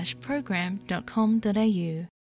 program.com.au